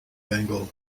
bengal